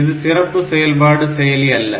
இது சிறப்பு செயல்பாடு செயலி அல்ல